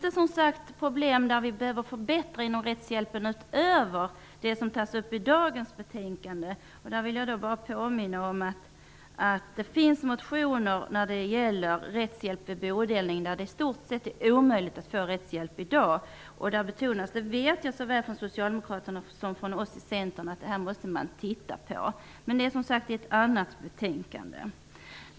Det finns områden som vi behöver förbättra inom rättshjälpen, utöver det som tas upp i dagens betänkande. Jag vill bara påminna om att det finns motioner om rättshjälp vid bodelning, ett område där det i stort sett är omöjligt att få rättshjälp i dag. Socialdemokraterna som från oss i Centern att man måste undersöka detta. Det tas, som sagt upp i ett annat betänkande.